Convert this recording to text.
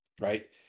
Right